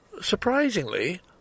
surprisingly